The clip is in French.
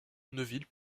neville